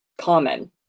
common